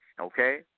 okay